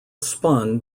spun